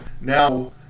Now